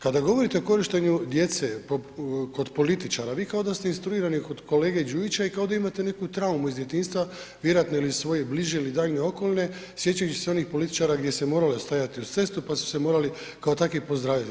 Kada govorite o korištenju djece, kod političara, vi kao da ste … kod kolege Đujića i kao da imate neku traumu iz djetinjstva vjerojatno iz svoje bliže ili daljnje okoline, sjećajući se onih političara, gdje se je moralo stajati uz cestu, pa su se morali kao takvi pozdravljati.